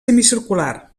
semicircular